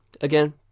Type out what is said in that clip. again